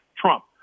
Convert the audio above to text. Trump